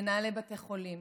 מנהלי בתי חולים,